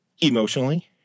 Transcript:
emotionally